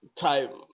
type